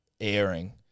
airing